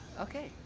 Okay